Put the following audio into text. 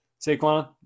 Saquon